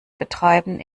betreiben